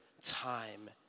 time